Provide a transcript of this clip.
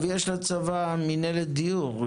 אגב, יש לצבא מינהלת דיור.